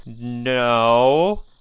No